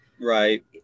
Right